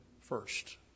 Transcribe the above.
first